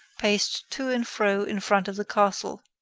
paced to and fro in front of the castle.